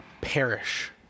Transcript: perish